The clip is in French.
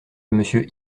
monsieur